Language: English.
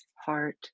heart